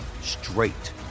straight